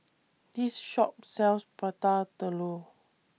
This Shop sells Prata Telur